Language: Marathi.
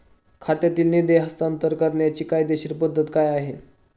खात्यातील निधी हस्तांतर करण्याची कायदेशीर पद्धत काय आहे?